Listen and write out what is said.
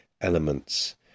elements